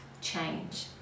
change